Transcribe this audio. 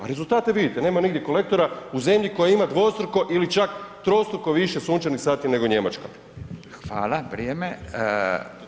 A rezultate vidite, nema nigdje kolektora u zemlji koja ima dvostruko ili čak trostruko više sunčanih sati nego Njemačka.